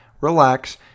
relax